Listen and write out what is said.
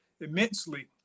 immensely